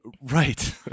right